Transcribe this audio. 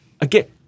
again